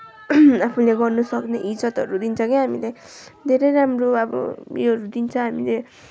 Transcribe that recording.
आफूले गर्नुसक्ने इज्जतहरू दिन्छ के हामीले धेरै राम्रो अब यो दिन्छ हामीले